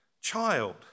child